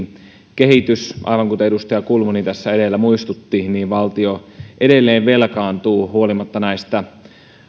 kehitys on saatu pikkuhiljaa oikealle uralle aivan kuten edustaja kulmuni tässä edellä muistutti valtio edelleen velkaantuu huolimatta näistä